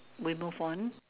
we move on